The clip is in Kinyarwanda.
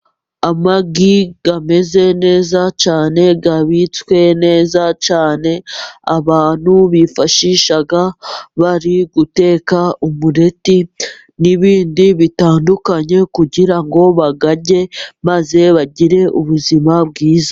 Amagi ameze neza cyane, abitswe neza cyane, abantu bifashisha bari guteka umureti n'ibindi bitandukanye, kugira ngo bayarye, maze bagire ubuzima bwiza.